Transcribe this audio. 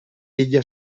ella